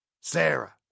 Sarah